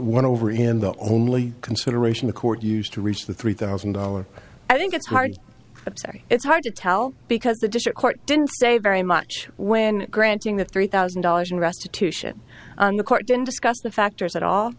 one over here and the only consideration the court used to reach the three thousand dollars i think it's hard but it's hard to tell because the district court didn't say very much when granting the three thousand dollars in restitution on the court didn't discuss the factors at all